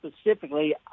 specifically